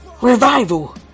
Revival